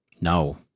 No